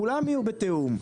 כולם יהיו בתיאום.